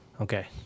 Okay